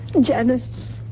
Janice